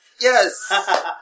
Yes